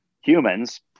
humans